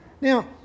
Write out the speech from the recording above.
Now